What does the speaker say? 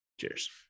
cheers